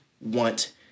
want